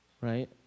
right